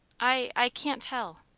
i i can't tell.